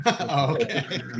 Okay